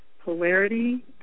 polarity